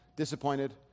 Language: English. Disappointed